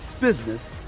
business